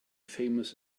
famous